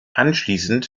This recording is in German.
anschließend